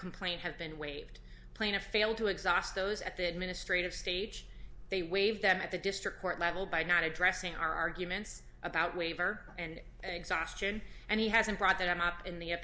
complaint have been waived plaintiff failed to exhaust those at the administrative stage they waived them at the district court level by not addressing arguments about waiver and exhaustion and he hasn't brought them up in the